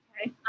okay